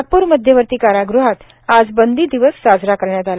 नागपूर मध्यवर्ती कारागृहात आज बंदीदिवस साजरा करण्यात आला